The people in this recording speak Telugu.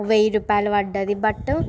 వెయ్యి రూపాయలు పడింది బట్